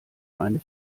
eine